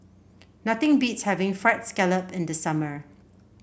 nothing beats having fried scallop in the summer